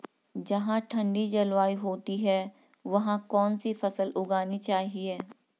जहाँ ठंडी जलवायु होती है वहाँ कौन सी फसल उगानी चाहिये?